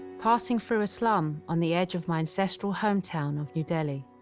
passing through a slum on the edge of my ancestral hometown of new delhi